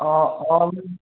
অঁ